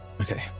okay